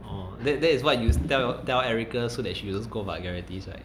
orh that that is what you tell you tell erica so that she don't scold vulgarities right